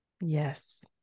Yes